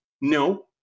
No